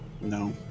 No